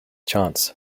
chance